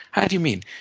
how do you mean?